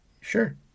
Sure